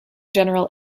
general